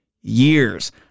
years